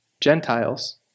Gentiles